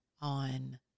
on